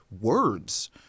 words